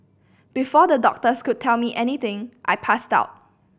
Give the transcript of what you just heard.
before the doctors could tell me anything I passed out